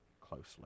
closely